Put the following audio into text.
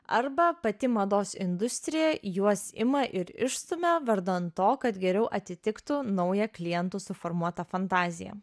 arba pati mados industrija juos ima ir išstumia vardan to kad geriau atitiktų naują klientų suformuotą fantaziją